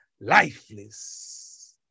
lifeless